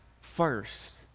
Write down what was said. first